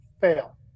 fail